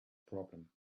problem